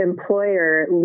employer